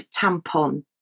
tampon